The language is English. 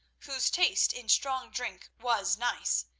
whose taste in strong drink was nice,